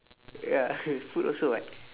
ya food also [what]